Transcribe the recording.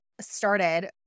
started